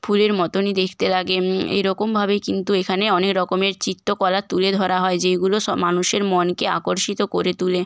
ফুলের মতনই দেখতে লাগে এই রকমভাবেই কিন্তু এখানে অনেক রকমের চিত্রকলা তুলে ধরা হয় যেইগুলো সব মানুষের মনকে আকর্ষিত করে তোলে